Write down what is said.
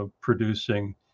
producing